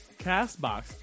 Castbox